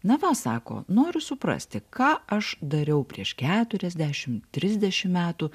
na va sako noriu suprasti ką aš dariau prieš keturiasdešimt trisdešimt metų